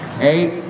eight